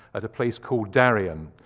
at a place called darien.